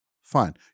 Fine